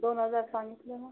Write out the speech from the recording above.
दोन हजार सांगितलं ना